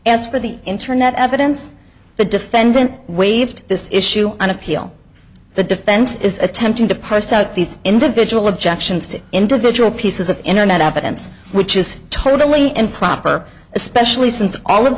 as for the internet evidence the defendant waived this issue on appeal the defense is attempting to parse out these individual objections to individual pieces of internet evidence which is totally improper especially